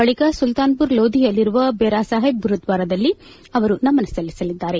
ಬಳಿಕ ಸುಲ್ತಾನ್ಮರ್ ಲೋದಿಯಲ್ಲಿರುವ ಬೆರ್ಸಾಹಿಬ್ ಗುರುದ್ವಾರದಲ್ಲಿ ಅವರು ನಮನ ಸಲ್ಲಿಸಲಿದ್ದಾರೆ